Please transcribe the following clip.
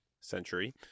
century